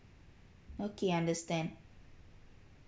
okay understand